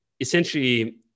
essentially